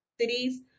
cities